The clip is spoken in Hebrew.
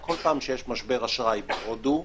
כל פעם שיש משבר אשראי בהודו,